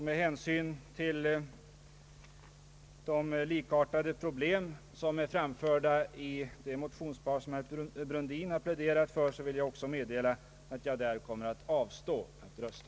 Med hänsyn till de likartade problem som är framförda i det motionspar herr Brundin pläderade för, vill jag också meddela att jag där kommer att avstå från att rösta.